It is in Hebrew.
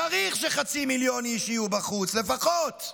צריך שחצי מיליון איש יהיו בחוץ, לפחות.